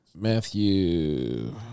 Matthew